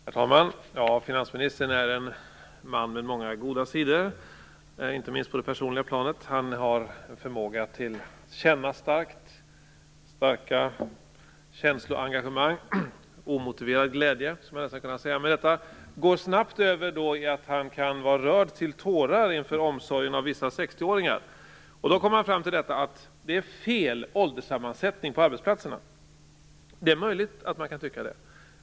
Herr talman! Finansministern är en man med många goda sidor, inte minst på det personliga planet. Han har en förmåga att känna starkt. Det finns ett starkt känsloengagemang. Man skulle nästan kunna säga att det finns en omotiverad glädje. Detta går snabbt över i att han kan vara rörd till tårar inför omsorgen om vissa 60-åringar. Då kommer han fram till att det är fel ålderssammansättning på arbetsplatserna. Det är möjligt att man kan tycka det.